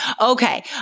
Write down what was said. Okay